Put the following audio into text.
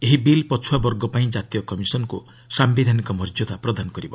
ଏହି ବିଲ୍ ପଛୁଆବର୍ଗ ପାଇଁ ଜାତୀୟ କମିଶନ୍କୁ ସାୟିଧାନିକ ମର୍ଯ୍ୟଦା ପ୍ରଦାନ କରିବ